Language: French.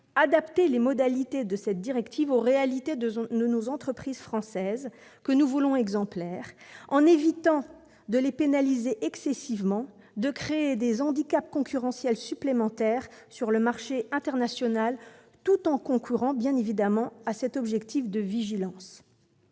adapter les modalités de la directive aux réalités des entreprises françaises, que nous voulons exemplaires, en évitant de les pénaliser excessivement et de créer des handicaps concurrentiels supplémentaires sur le marché international, tout en maintenant un objectif de vigilance.